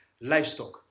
livestock